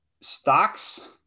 stocks